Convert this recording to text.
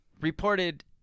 reported